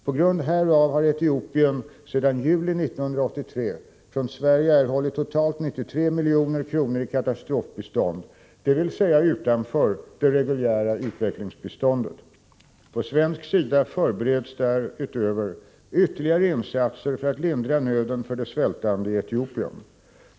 På grund härav har Etiopien sedan juli 1983 från Sverige erhållit totalt 93 milj.kr. i katastrofbistånd, dvs. utanför det reguljära utvecklingsbiståndet. På svensk sida förbereds därutöver ytterligare insatser för att lindra nöden för de svältande i Etiopien.